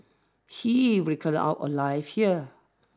he wretched our lives here